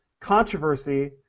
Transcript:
controversy